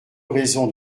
raison